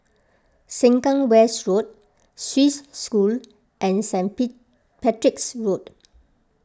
Sengkang West Road Swiss School and Saint peak Patrick's Road